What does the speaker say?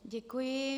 Děkuji.